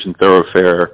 Thoroughfare